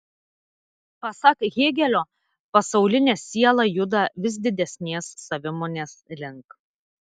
pasak hėgelio pasaulinė siela juda vis didesnės savimonės link